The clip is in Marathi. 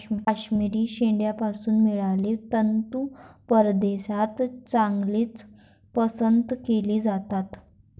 काश्मिरी शेळ्यांपासून मिळणारे तंतू परदेशात चांगलेच पसंत केले जातात